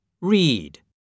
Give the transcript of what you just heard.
read